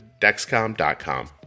Dexcom.com